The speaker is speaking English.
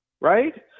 right